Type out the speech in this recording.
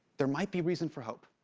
there might be reason for hope.